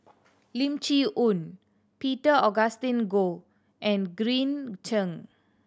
Lim Chee Onn Peter Augustine Goh and Green Zeng